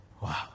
Wow